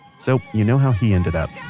so you know how he ended up